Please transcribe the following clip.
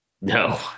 No